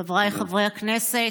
חבריי חברי הכנסת,